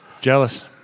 Jealous